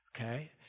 okay